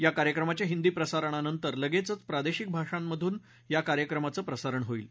या कार्यक्रमाच्या हिंदी प्रसारणानंतर लगेचच प्रादेशिक भाषांमधून या कार्यक्रमाचं प्रसारण होईल